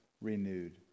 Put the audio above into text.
Renewed